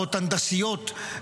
חברות הנדסיות,